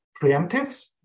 preemptive